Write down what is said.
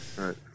Right